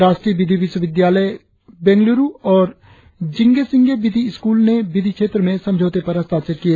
राष्ट्रीय विधि विश्वविद्यालय बेगलुरु और जिगे सिंगे विधि स्कूल ने विधि क्षेत्र में समझौते पर हस्ताक्षर किए